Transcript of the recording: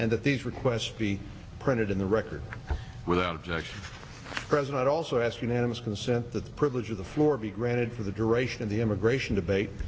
that these requests be printed in the record without objection present also ask unanimous consent that the privilege of the floor be granted for the duration of the immigration debate